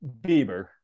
Bieber